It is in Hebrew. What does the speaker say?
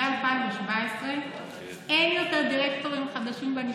מ-2017 אין יותר דירקטורים חדשים בנבחרת.